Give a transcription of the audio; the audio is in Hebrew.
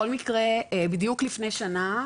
לפני שנה,